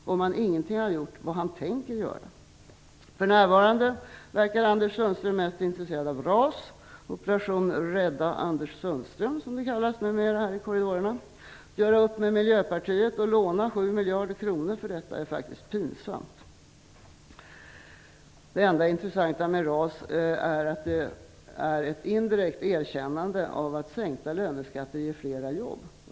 Om han ingenting har gjort, undrar jag vad han tänker göra. För närvarande verkar Anders Sundström mest intresserad av RAS - operation Rädda Anders Sundström, som det numera kallas här i korridorerna. Att göra upp med Miljöpartiet och låna 7 miljarder kronor för detta är faktiskt pinsamt. Det enda intressanta med RAS är att det är ett indirekt erkännande av att sänkta löneskatter ger fler jobb.